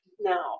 now